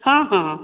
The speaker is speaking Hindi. हाँ हाँ